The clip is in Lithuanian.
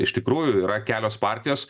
iš tikrųjų yra kelios partijos